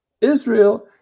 Israel